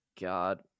God